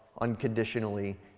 unconditionally